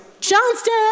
Johnston